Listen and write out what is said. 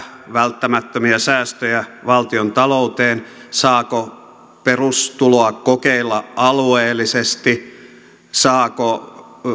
välttämättömiä säästöjä valtiontalouteen saako perustuloa kokeilla alueellisesti saako